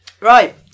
Right